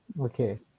Okay